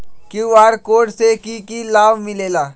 QR code से कि कि लाव मिलेला?